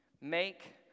make